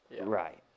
Right